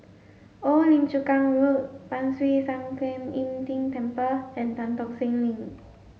Old Lim Chu Kang Road Ban Siew San Kuan Im Tng Temple and Tan Tock Seng Link